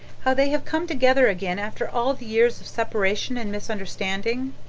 how they have come together again after all the years of separation and misunderstanding?